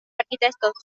arquitectos